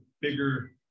bigger